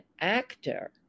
actor